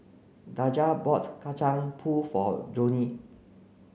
Daija bought Kacang Pool for Joni